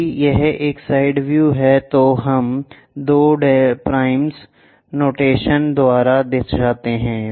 यदि यह एक साइड व्यू है तो हम इसे दो प्राइम्स नोटेशन द्वारा दर्शाते हैं